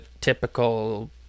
typical